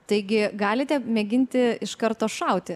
taigi galite mėginti iš karto šauti